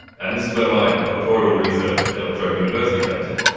and this is where my doctoral research at la trobe university comes in.